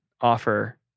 offer